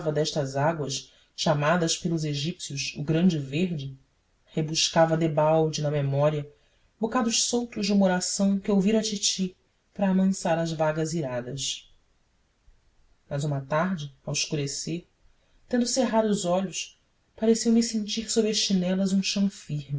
destas águas chamadas pelos egípcios o grande verde rebuscava debalde na memória bocados soltos de uma oração que ouvira à titi para amansar as vagas iradas mas uma tarde ao escurecer tendo cerrado os olhos pareceu-me sentir sob as chinelas um chão firme